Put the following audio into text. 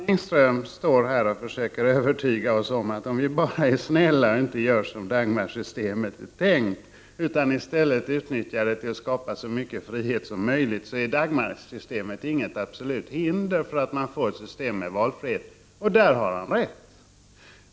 Fru talman! Göran Engström försöker övertyga oss om att om vi bara är snälla och inte gör som det är tänkt enligt Dagmarsystemet, utan i stället utnyttjar det för att skapa så mycket frihet som möjligt, är Dagmarsystemet inte något absolut hinder för ett system med valfrihet. Och där har han rätt!